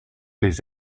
les